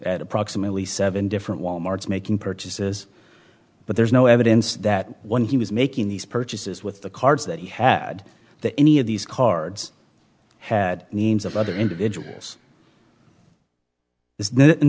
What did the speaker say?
at approximately seven different walmart's making purchases but there's no evidence that when he was making these purchases with the cards that he had that any of these cards had names of other individuals and